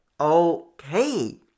Okay